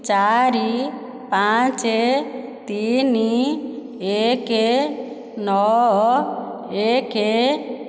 ଚାରି ପାଞ୍ଚ ତିନି ଏକ ନଅ ଏକ